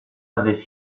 avait